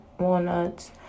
walnuts